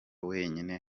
wenyine